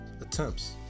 Attempts